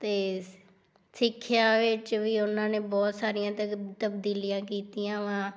ਅਤੇ ਸ ਸਿੱਖਿਆ ਵਿੱਚ ਵੀ ਉਹਨਾਂ ਨੇ ਬਹੁਤ ਸਾਰੀਆਂ ਤਗ ਤਬਦੀਲੀਆਂ ਕੀਤੀਆਂ ਵਾ